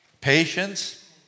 Patience